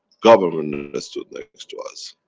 governments stood next to us.